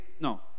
no